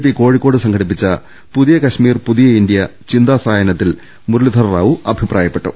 P കോഴിക്കോട്ട് സംഘടിപ്പിച്ച പുതിയ കശ്മീർ പുതിയ ഇന്ത്യ ചിന്താ സായാഹ്നത്തിൽ മുരളീധരറാവു അഭിപ്രായപ്പെട്ടു